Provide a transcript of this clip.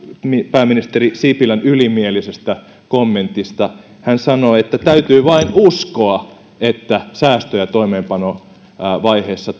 pääministeri sipilän ylimielisestä kommentista hän sanoo että täytyy vain uskoa että säästöjä toimeenpanovaiheessa